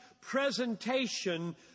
presentation